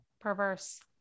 perverse